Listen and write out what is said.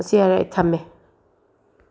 ꯁꯤ ꯍꯥꯏꯔ ꯑꯩ ꯊꯝꯃꯦ